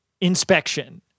inspection